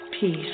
peace